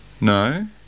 No